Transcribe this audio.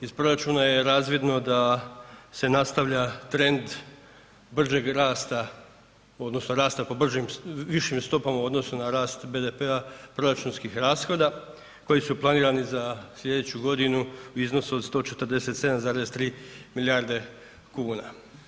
Iz proračuna je razvidno da se nastavlja trend bržeg rasta, odnosno rasta po višim stopama u odnosu na rast BDP-a proračunskih rashoda koji su planirani za sljedeću godinu u iznosu od 147,3 milijarde kuna.